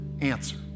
answer